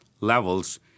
levels